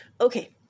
okay